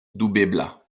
dubebla